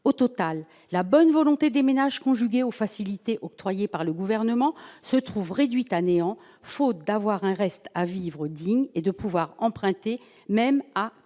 !, la bonne volonté des ménages, conjuguée aux facilités octroyées par le Gouvernement, se trouve réduite à néant, faute d'avoir un reste à vivre digne et de pouvoir emprunter, même à taux